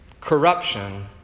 corruption